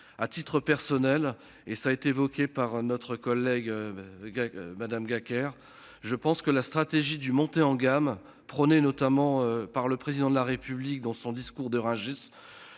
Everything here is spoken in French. À titre personnel et ça a été évoqué par notre collègue. Madame Gacquerre. Je pense que la stratégie du monter en gamme prônée notamment par le président de la République dans son discours de Rungis